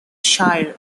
shire